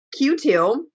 Q2